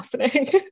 happening